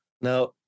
Now